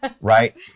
right